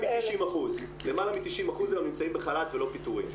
למעלה מ-90% נמצאים בחל"ת ולא פיטורין.